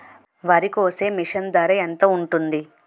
వరి కోసే మిషన్ ధర ఎంత ఉంటుంది?